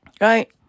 right